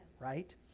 right